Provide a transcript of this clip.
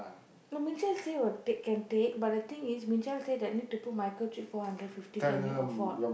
no Ming Qiao say will take can take but the thing is Ming Qiao say that need to put microchip four hundred fifty can you afford no